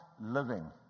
living